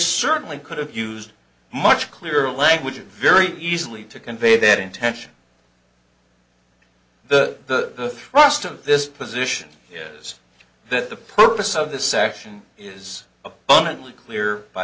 certainly could have used much clearer language very easily to convey that intention the trust of this position is that the purpose of this section is